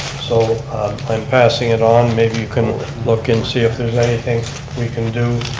so i'm passing it on, maybe you can look and see if there's anything we can do.